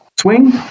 Swing